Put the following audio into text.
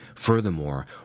Furthermore